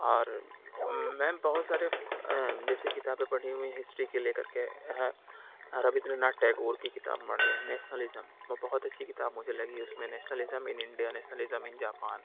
اور میم بہت سارے جیسے کتابیں پڑھی ہوئی ہیں ہسٹری کی لے کر کے ہے رابندر ناتھ ٹیگور کی کتاب پڑھی ہے نیشنلزم وہ بہت اچھی کتاب مجھے لگی اُس میں nationalism in India nationalism in Japan